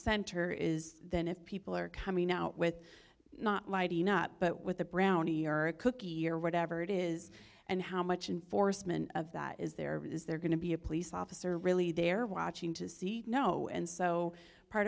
center is then if people are coming out with not lighting up but with a brownie or a cookie or whatever it is and how much in foresman of that is there is there going to be a police officer really there watching to see no and so part